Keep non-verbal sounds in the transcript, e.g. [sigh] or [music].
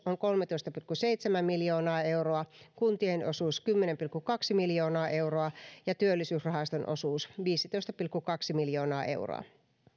[unintelligible] on kolmetoista pilkku seitsemän miljoonaa euroa kuntien osuus kymmenen pilkku kaksi miljoonaa euroa ja työllisyysrahaston osuus viisitoista pilkku kaksi miljoonaa euroa